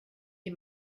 die